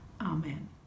Amen